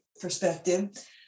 perspective